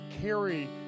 carry